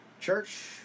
Church